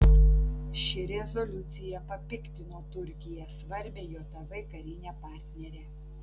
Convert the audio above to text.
ši rezoliucija papiktino turkiją svarbią jav karinę partnerę